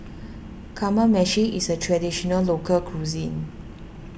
Kamameshi is a Traditional Local Cuisine